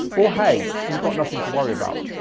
well hey, you've got nothing to worry about.